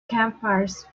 campfires